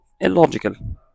illogical